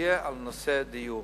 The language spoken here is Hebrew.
יהיה על נושא הדיור.